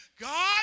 God